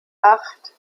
acht